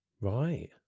Right